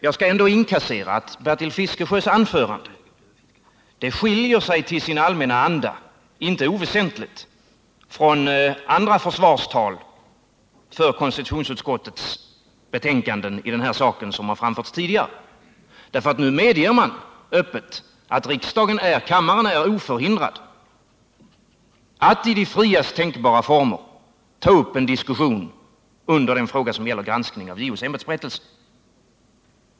Jag skall ändå inkassera att Bertil Fiskesjös anförande till sin allmänna anda skiljer sig inte oväsentligt från tidigare framförda försvarstal för konstitutionsutskottets betänkanden i denna sak. Nu medges öppet att kammaren är oförhindrad att i friast tänkbara former ta upp en diskussion under en punkt på föredragningslistan som gäller granskning av JO:s ämbetsberättelse.